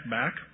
back